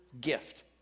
gift